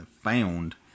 found